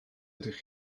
ydych